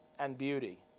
and beauty.